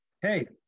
Hey